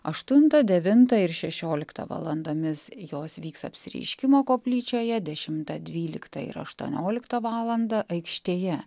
aštuntą devintą ir šešioliktą valandomis jos vyks apsireiškimo koplyčioje dešimtą dvyliktą ir aštuonioliktą valandą aikštėje